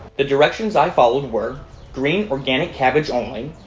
the directions i followed were green organic cabbage only.